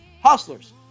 Hustlers